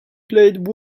played